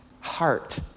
heart